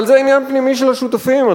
אבל זה עניין פנימי של השותפים.